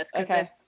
Okay